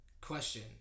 Question